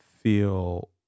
feel